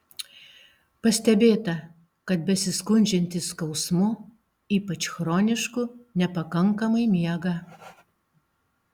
pastebėta kad besiskundžiantys skausmu ypač chronišku nepakankamai miega